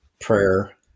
prayer